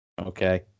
Okay